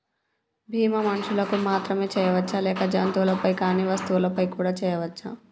బీమా మనుషులకు మాత్రమే చెయ్యవచ్చా లేక జంతువులపై కానీ వస్తువులపై కూడా చేయ వచ్చా?